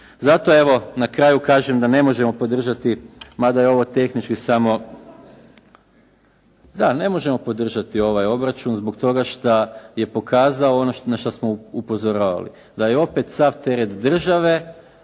Zato evo na kraju kažem da ne možemo podržati, mada je ovo tehnički samo, …… /Upadica se ne čuje./ … Da, ne možemo podržati ovaj obračun zbog toga šta je pokazao ono na što smo upozoravali, da je opet sav teret države